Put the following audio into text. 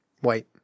White